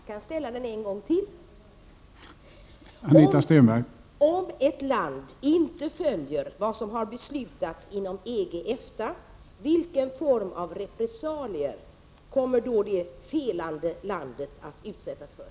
Herr talman! Jag fick inget svar på min fråga. Jag kan ställa den en gång till. Om ett land inte följer vad som har beslutats inom EG/EFTA, vilken form av repressalier kommer då det felande landet att utsättas för?